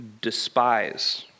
despise